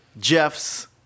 Jeff's